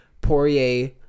Poirier